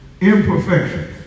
imperfections